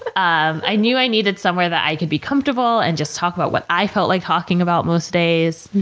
um i knew i needed somewhere that i could be comfortable and just talk about what i felt like talking about most days.